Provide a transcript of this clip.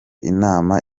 inama